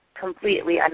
Completely